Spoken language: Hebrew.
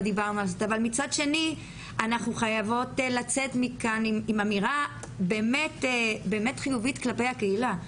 אבל מצד שני אנחנו חייבות לצאת מכאן עם אמירה באמת חיובית כלפי הקהילה.